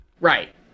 right